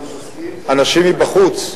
אנשים מבחוץ,